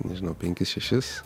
nežinau penkis šešis